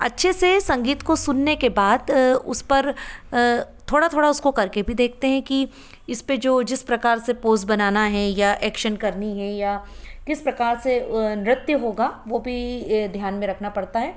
अच्छे से संगीत को सुनने के बाद उस पर थोड़ा थोड़ा उसको करके भी देखते हें कि इसपे जो जिस प्रकार से पोज़ बनाना है या एक्शन करनी है या किस प्रकार से नृत्य होगा वो भी ध्यान में रखना पड़ता है